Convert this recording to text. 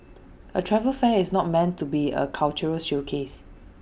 A travel fair is not meant to be A cultural showcase